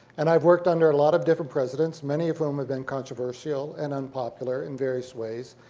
and i've worked under a lot of different presidents, many of whom have been controversial and unpopular in various ways,